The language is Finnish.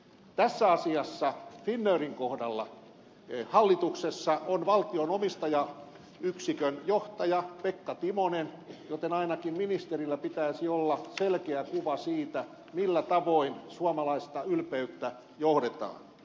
tässä asiassa finnairin kohdalla hallituksessa on valtion omistajaohjausyksikön johtaja pekka timonen joten ainakin ministerillä pitäisi olla selkeä kuva siitä millä tavoin suomalaista ylpeyttä johdetaan